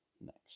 Next